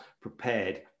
prepared